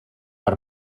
per